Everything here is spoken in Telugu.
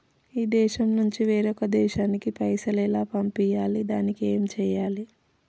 ఈ దేశం నుంచి వేరొక దేశానికి పైసలు ఎలా పంపియ్యాలి? దానికి ఏం చేయాలి?